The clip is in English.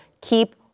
keep